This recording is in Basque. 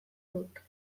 dut